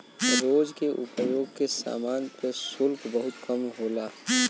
रोज के उपयोग के समान पे शुल्क बहुत कम होला